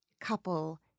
couple